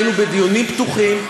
היינו בדיונים פתוחים,